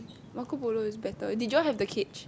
Marco Polo is better did you all have the cage